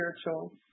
spiritual